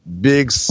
big